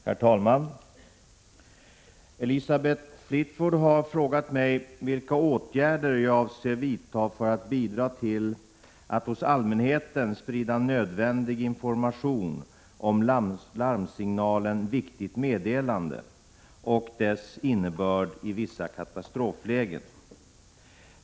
Herr talman! Elisabeth Fleetwood har frågat mig vilka åtgärder jag avser vidta för att bidra till att hos allmänheten sprida nödvändig information om larmsignalen ”Viktigt meddelande” och dess innebörd i vissa katastroflägen.